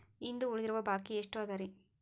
ಇಂದು ಉಳಿದಿರುವ ಬಾಕಿ ಎಷ್ಟು ಅದರಿ?